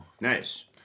Nice